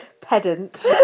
pedant